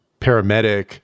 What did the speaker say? paramedic